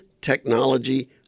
technology